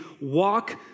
walk